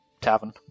tavern